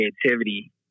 creativity